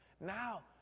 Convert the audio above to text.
Now